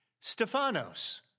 Stephanos